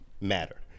matter